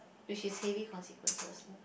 which is heavy consequences lah